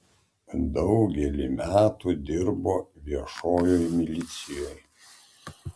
daugelį metų dirbo viešojoj milicijoj